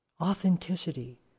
authenticity